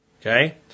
Okay